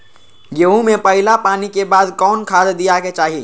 गेंहू में पहिला पानी के बाद कौन खाद दिया के चाही?